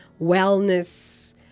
wellness